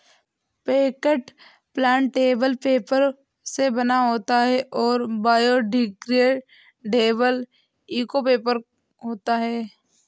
packet plantable paper से बना होता है और बायोडिग्रेडेबल इको पेपर होता है